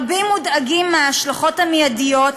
רבים מודאגים מההשלכות המיידיות,